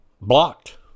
blocked